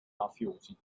mafiosi